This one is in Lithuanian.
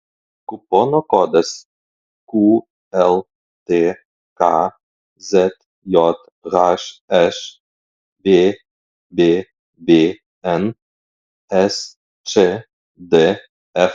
kupono kodas qltk zjhš vbvn sčdf